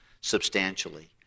substantially